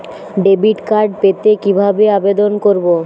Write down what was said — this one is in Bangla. ডেবিট কার্ড পেতে কিভাবে আবেদন করব?